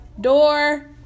Door